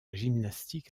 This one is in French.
gymnastique